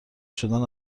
شدن